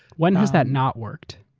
when has that not worked?